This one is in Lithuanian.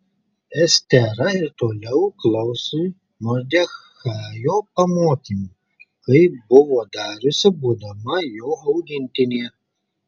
estera ir toliau klausė mordechajo pamokymų kaip buvo dariusi būdama jo augintinė